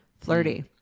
Flirty